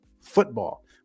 football